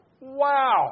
Wow